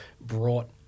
brought